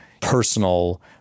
personal